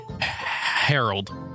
Harold